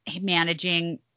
managing